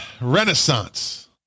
Renaissance